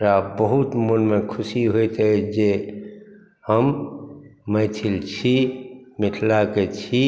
रा बहुत मोनमे खुशी होइत अछि जे हम मैथिल छी मिथिलाके छी